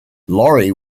laurie